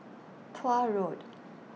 Tuah Road